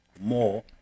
more